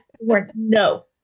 No